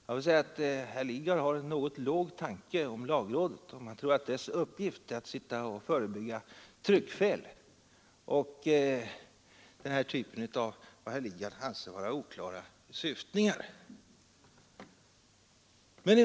Herr Lidgard har en något låg tanke om lagrådet, om han tror att dess uppgift är att sitta och förebygga tryckfel och den här typen av vad herr Lidgard anser vara oklara syftningar.